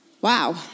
wow